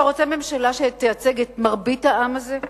אתה רוצה ממשלה שתייצג את מרבית העם הזה?